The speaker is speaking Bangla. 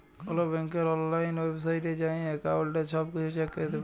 কল ব্যাংকের অললাইল ওয়েবসাইটে যাঁয়ে এক্কাউল্টের ছব কিছু চ্যাক ক্যরতে পারি